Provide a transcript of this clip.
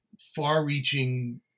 far-reaching